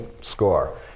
score